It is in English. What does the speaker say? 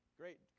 great